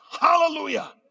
hallelujah